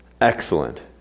excellent